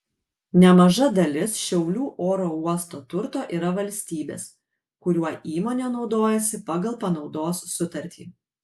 nemaža dalis šiaulių oro uosto turto yra valstybės kuriuo įmonė naudojasi pagal panaudos sutartį